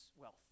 wealth